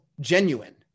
genuine